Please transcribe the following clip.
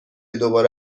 دوباره